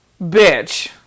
bitch